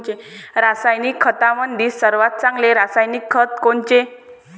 रासायनिक खतामंदी सर्वात चांगले रासायनिक खत कोनचे?